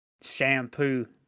shampoo